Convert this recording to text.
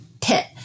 pit